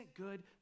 good